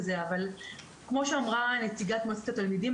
כמו שאמרה נציגת מועצת התלמידים,